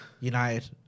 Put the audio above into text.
United